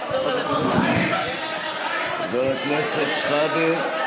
חבר הכנסת שחאדה,